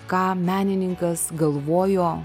ką menininkas galvojo